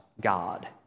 God